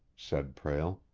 said prale.